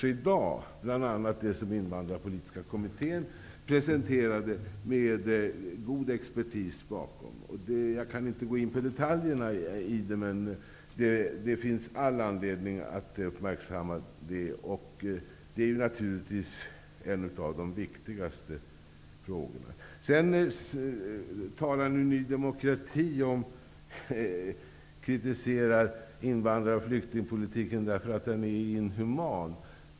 Det gäller bl.a. material som presenterades av Invandrarpolitiska kommittén, där det låg god expertis bakom. Jag kan inte gå in på detaljer, men det finns all anledning att uppmärksamma materialet. Det är naturligtvis en av de viktigaste frågorna. Ny demokrati kritiserade invandrar och flyktingpolitiken för att den är inhuman.